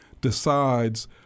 decides